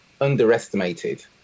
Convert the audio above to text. underestimated